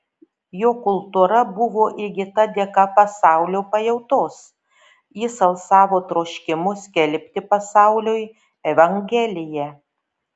jo kultūra buvo įgyta dėka pasaulio pajautos jis alsavo troškimu skelbti pasauliui evangeliją